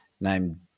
named